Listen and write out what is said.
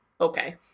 okay